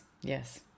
Yes